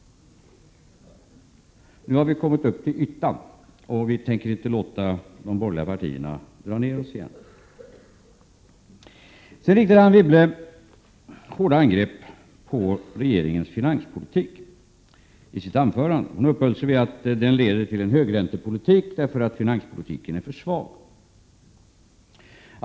Nu har vi kommit upp till ytan, och vi tänker inte låta de borgerliga partierna dra ned oss igen. I sitt inledningsanförande riktade Anne Wibble hårda angrepp på regeringens finanspolitik. Hon uppehöll sig vid att den leder till en högräntepolitik därför att finanspolitiken är för svag.